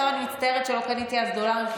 עכשיו אני מצטערת שלא קניתי אז דולרים,